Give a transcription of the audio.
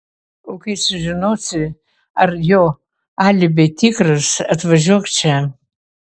o kai sužinosi ar jo alibi tikras atvažiuok čia